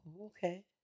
Okay